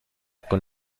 con